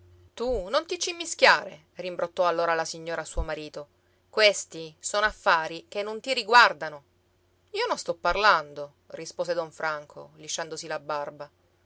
tu non ti c'immischiare rimbrottò allora la signora a suo marito questi sono affari che non ti riguardano io non sto parlando rispose don franco lisciandosi la barba